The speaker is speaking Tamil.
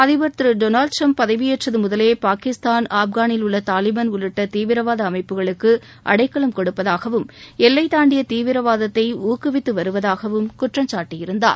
அதிபர் திரு டொளாவ்ட் டிரம்ப் பதவியேற்றது முதலே பாகிஸ்தான் அப்கானில் உள்ள தாலிபன் உள்ளிட்ட தீவிரவாத அமைப்புகளுக்கு அடைக்கலம் கொடுப்பதாகவும் எல்லை தாண்டிய தீவிரவாதத்தை ஊக்குவித்துவருவதாகவும் குற்றம் சாட்டியிருந்தார்